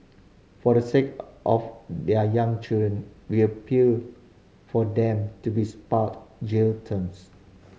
for the sake of their young children we appeal for them to be spared jail terms